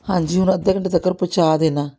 ਹਾਂਜੀ ਹੁਣ ਅੱਧੇ ਘੰਟੇ ਤੱਕ ਪਹੁੰਚਾ ਦੇਣਾ